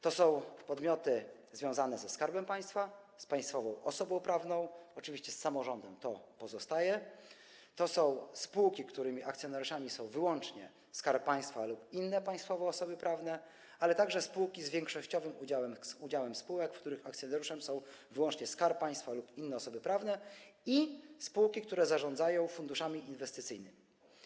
To są podmioty związane ze Skarbem Państwa, z państwową osobą prawną, oczywiście z samorządem - to pozostaje, to spółki, których akcjonariuszami są wyłącznie Skarb Państwa lub inne państwowe osoby prawne, ale także spółki z większościowym udziałem spółek, których akcjonariuszami są wyłącznie Skarb Państwa lub inne osoby prawne, i spółki, które zarządzają funduszami inwestycyjnymi.